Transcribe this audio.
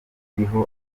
iriho